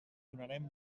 donarem